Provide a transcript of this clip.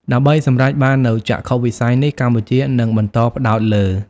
ដើម្បីសម្រេចបាននូវចក្ខុវិស័យនេះ កម្ពុជានឹងបន្តផ្តោតលើ៖